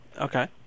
Okay